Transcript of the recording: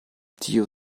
tio